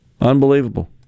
unbelievable